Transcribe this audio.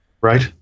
Right